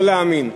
לא להאמין,